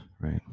Right